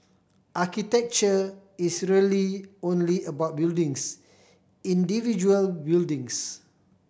architecture is really only about buildings individual buildings